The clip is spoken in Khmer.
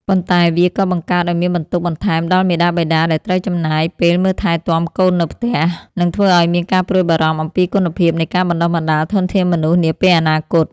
ប៉ុន្តែវាក៏បង្កើតឱ្យមានបន្ទុកបន្ថែមដល់មាតាបិតាដែលត្រូវចំណាយពេលមើលថែទាំកូននៅផ្ទះ និងធ្វើឱ្យមានការព្រួយបារម្ភអំពីគុណភាពនៃការបណ្ដុះបណ្ដាលធនធានមនុស្សនាពេលអនាគត។